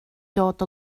dod